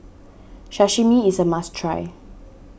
Sashimi is a must try